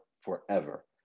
forever